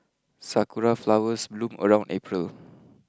sakura flowers bloom around April